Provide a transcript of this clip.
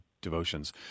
devotions